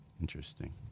Interesting